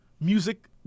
music